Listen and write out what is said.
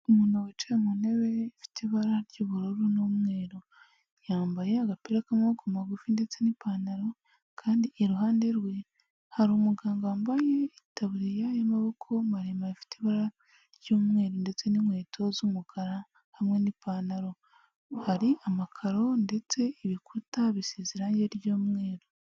Umuntu wicaye mu ntebe ifite ibara ry'ubururu n'umweru yambaye agapira k'amaboko magufi ndetse n'ipantaro kandi iruhande rwe hari umuganga wambaye itaburiya y'amaboko maremare ifite ibara ry'umweru ndetse n'inkweto z'umukara hamwe n'ipantaro, hari amakaro ndetse ibikuta bisize irange ry'umweru.